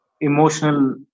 emotional